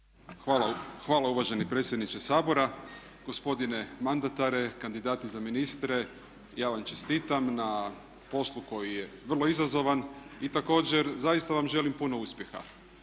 Hvala uvaženi predsjedniče Sabora. Gospodine mandatare, kandidati za ministre, ja vam čestitam na poslu koji je vrlo izazovan i također zaista vam želim puno uspjeha.